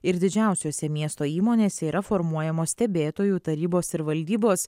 ir didžiausiuose miesto įmonėse yra formuojamos stebėtojų tarybos ir valdybos